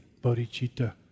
bodhicitta